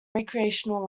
recreational